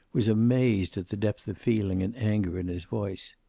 was amazed at the depth of feeling and anger in his voice.